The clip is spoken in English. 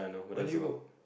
when did you go